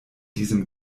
diesem